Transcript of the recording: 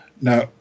now